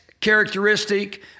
characteristic